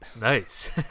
Nice